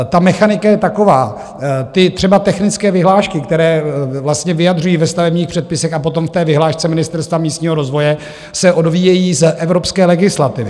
Ta mechanika je taková, třeba ty technické vyhlášky, které vlastně vyjadřují ve stavebních předpisech a potom ve vyhlášce Ministerstva pro místní rozvoj, se odvíjejí z evropské legislativy.